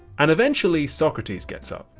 and eventually socrates gets up,